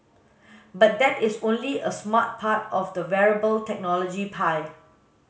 but that is only a smart part of the wearable technology pie